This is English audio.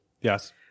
Yes